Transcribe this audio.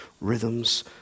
rhythms